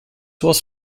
was